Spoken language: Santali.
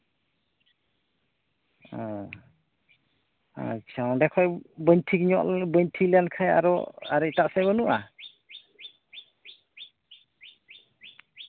ᱦᱩᱸ ᱚ ᱟᱪᱪᱷᱟ ᱮᱸᱰᱮ ᱠᱷᱚᱱ ᱵᱟᱹᱧ ᱴᱷᱤᱠ ᱧᱚᱜ ᱞᱮᱱᱠᱷᱟᱸ ᱟᱨᱚ ᱟᱨ ᱮᱴᱟᱜ ᱥᱮᱫ ᱵᱟᱹᱱᱩᱜᱼᱟ